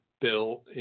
bill